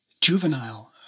juvenile